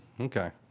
Okay